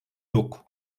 yok